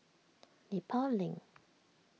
Nepal Link